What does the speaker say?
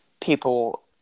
people